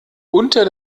unter